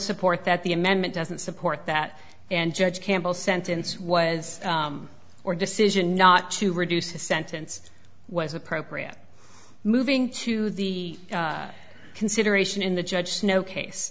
support that the amendment doesn't support that and judge campbell sentence was or decision not to reduce the sentence was appropriate moving to the consideration in the judge snow case